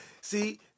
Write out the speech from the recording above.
see